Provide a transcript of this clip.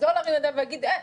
אז לא להרים ידיים ולהגיד: אה,